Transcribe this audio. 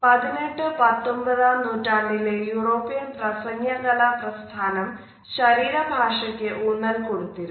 18 19 ആം നൂറ്റാണ്ടിലെ യൂറോപ്യൻ പ്രസംഗകല പ്രസ്ഥാനം ശരീര ഭാഷയ്ക്ക് ഊന്നൽ കൊടുത്തിരുന്നു